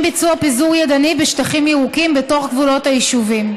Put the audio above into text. ביצוע פיזור ידני בשטחים ירוקים בתוך גבולות היישובים.